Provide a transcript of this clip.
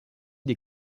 des